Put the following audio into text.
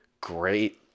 great